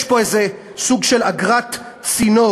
יש פה איזה סוג של אגרת צינור,